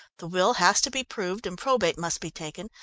the will has to be proved, and probate must be taken,